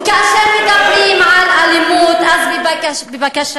מתי, וכאשר מדברים על אלימות, אז בבקשה,